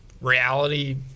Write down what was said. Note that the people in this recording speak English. reality